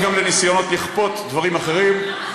זה נכון גם לניסיונות לכפות דברים אחרים.